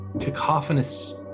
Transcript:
cacophonous